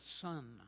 son